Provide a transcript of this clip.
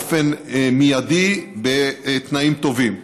באופן מיידי, בתנאים טובים.